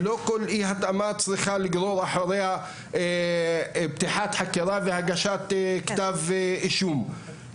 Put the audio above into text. ולא כל אי-התאמה צריכה לגרור אחריה פתיחת חקירה והגשת כתב אישום.